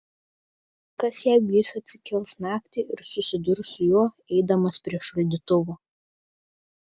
kas jeigu jis atsikels naktį ir susidurs su juo eidamas prie šaldytuvo